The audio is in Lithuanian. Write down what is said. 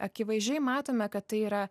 akivaizdžiai matome kad tai yra